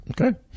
okay